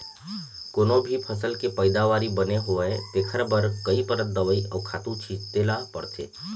कोनो भी फसल के पइदावारी बने होवय तेखर बर कइ परत दवई अउ खातू छिते ल परथे